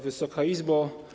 Wysoka Izbo!